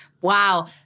Wow